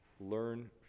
Learn